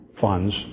funds